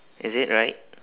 is it right